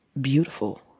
beautiful